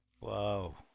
Wow